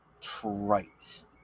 trite